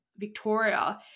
Victoria